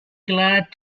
glad